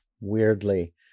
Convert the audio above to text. weirdly